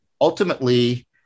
Ultimately